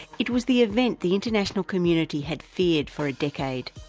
it was the event the international community had feared for a decade.